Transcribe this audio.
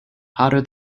hotter